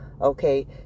Okay